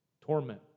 torment